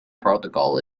protocol